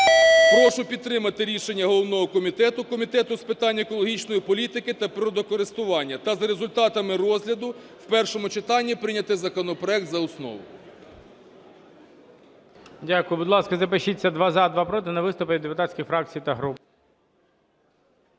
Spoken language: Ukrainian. Прошу підтримати рішення головного комітету – Комітету з питань екологічної політики та природокористування та за результатами розгляду в першому читанні прийняти законопроект за основу. ГОЛОВУЮЧИЙ. Дякую. Будь ласка, запишіться: два – за, два – проти, на виступи від депутатських фракцій та груп.